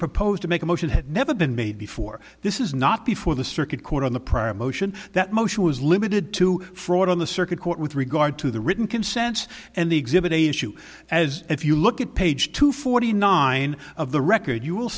propose to make a motion had never been made before this is not before the circuit court on the prior motion that motion was limited to fraud on the circuit court with regard to the written consent and the exhibit a issue as if you look at page two forty nine of the record you will